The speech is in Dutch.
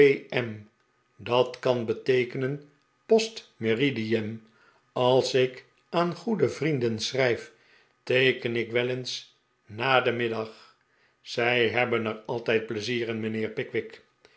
dat kan beteekenen post meridiem als ik aan goede vrienden schxijf teeken ik wel eens na den middag x zij hebben er altijd pleizier in mijnheer